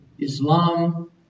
Islam